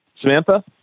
Samantha